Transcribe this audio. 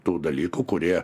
tų dalykų kurie